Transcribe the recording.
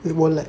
it won't lag